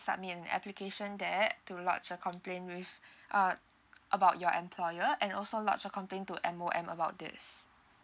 submit an application that to lodge a complain with uh about your employer and also lodge a complaint to M_O_M about this